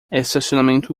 estacionamento